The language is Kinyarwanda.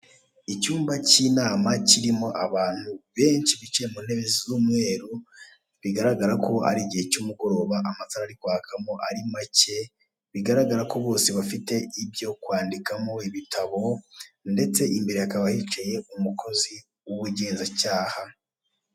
Icyumba cy'inama kirimo abantu benshi bicaye mu ntebe z'umweru bigaragara ko ari igihe cy'umugoroba amatara ari kwakamo ari make, bigaragara ko bose bafite ibyo kwandikamo ibitabo ndetse imbere hakaba hicaye umukozi w'ubugenzacyaha.